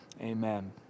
amen